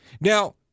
Now